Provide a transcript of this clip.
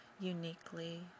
Uniquely